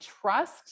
trust